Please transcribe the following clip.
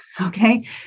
okay